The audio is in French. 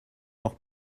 leurs